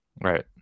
Right